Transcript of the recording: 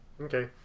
Okay